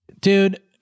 Dude